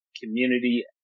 community